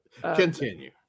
continue